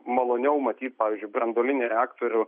maloniau matyt pavyzdžiui branduolinį reaktorių